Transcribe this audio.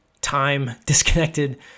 time-disconnected